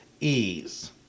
ease